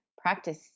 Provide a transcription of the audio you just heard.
practice